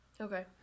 Okay